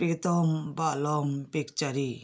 প্রীতম বালম পিচকারি